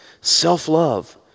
Self-love